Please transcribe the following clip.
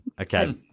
Okay